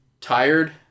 tired